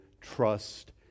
trust